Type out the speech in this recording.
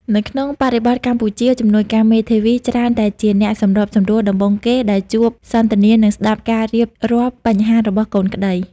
នៅក្នុងបរិបទកម្ពុជា ជំនួយការមេធាវីច្រើនតែជាអ្នកសម្របសម្រួលដំបូងគេដែលជួបសន្ទនា និងស្តាប់ការរៀបរាប់បញ្ហារបស់កូនក្តី។